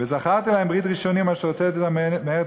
וזכרתי להם ברית ראשונים אשר הוצאתי אתם מארץ